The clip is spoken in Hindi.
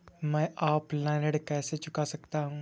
मैं ऑफलाइन ऋण कैसे चुका सकता हूँ?